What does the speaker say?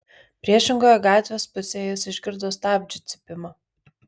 priešingoje gatvės pusėje jis išgirdo stabdžių cypimą